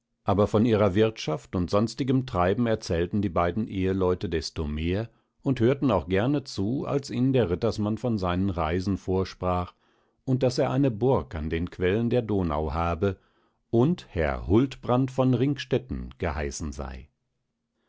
aber von ihrer wirtschaft und sonstigem treiben erzählten die beiden eheleute desto mehr und hörten auch gerne zu als ihnen der rittersmann von seinen reisen vorsprach und daß er eine burg an den quellen der donau habe und herr huldbrand von ringstetten geheißen sei